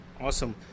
Awesome